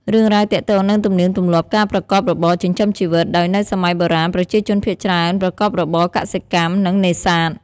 រឿងរ៉ាវទាក់ទងនឹងទំនៀមទម្លាប់ការប្រកបរបរចិញ្ចឹមជីវិត ដោយនៅសម័យបុរាណ ប្រជាជនភាគច្រើនប្រកបរបរ កសិកម្ម និង នេសាទ។